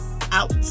out